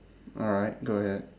alright go ahead